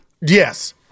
Yes